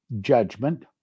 judgment